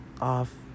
off